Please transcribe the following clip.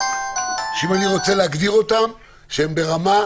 שאם אני רוצה להגדיר אותם, הם ברמה גרועה.